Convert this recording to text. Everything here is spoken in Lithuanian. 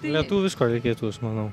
lietuviško reikėtų aš manau